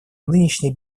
нынешнее